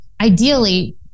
ideally